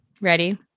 Ready